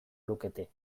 lukete